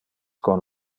con